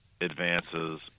advances